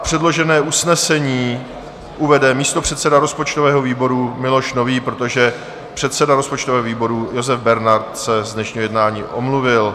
Předložené usnesení uvede místopředseda rozpočtového výboru Miloš Nový, protože předseda rozpočtového výboru Josef Bernard se z dnešního jednání omluvil.